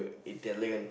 Italian